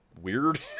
weird